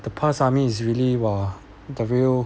the past army is really !wah! the real